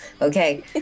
okay